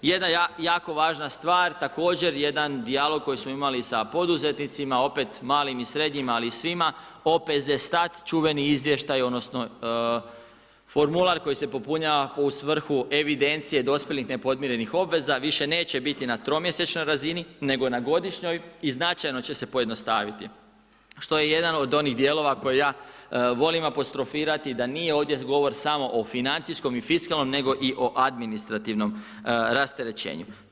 Jedna jako važna stvar, također jedan dijalog koji smo imali sa poduzetnicima, opet malim i srednjim, ali i svima, ... čuveni izvještaj odnosno formular koji se popunjava u svrhu evidencije dospjelih nepodmirenih obveza više neće biti na tromjesečnoj razini nego na godišnjoj i značajno će se pojednostaviti, što je jedan od onih dijelova koje ja volim apostrofirati da nije ovdje govor samo o financijskom i fiskalnom nego i o administrativnom rasterećenju.